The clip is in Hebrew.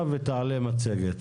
אני אדריכל ומוניתי מטעם מינהל התכנון